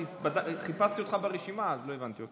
חיפשתי אותך ברשימה, אז לא הבנתי.